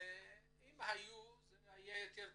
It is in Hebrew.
אם היו זה היה יותר טוב.